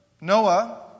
Noah